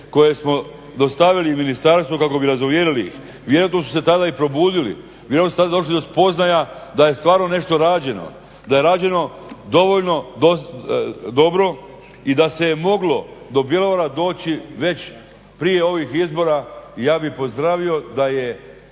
koje smo dostavili Ministarstvu kako bi ih razuvjerili. Vjerojatno su se tada i probudili, vjerojatno su tada došli do spoznaja da je stvarno nešto rađeno, da je rađeno dovoljno dobro i da se moglo do Bjelovara doći već prije ovih izbora. I ja bih pozdravio, da je